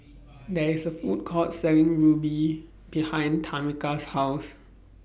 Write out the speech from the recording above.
There IS A Food Court Selling Ruby behind Tameka's House